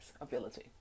ability